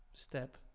Step